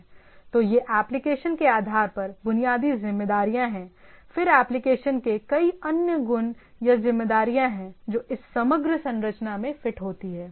तो ये एप्लीकेशन के आधार पर बुनियादी जिम्मेदारियां हैं फिर एप्लीकेशन के कई अन्य गुण या जिम्मेदारियां हैं जो इस समग्र संरचना में फिट होती हैं